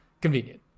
convenient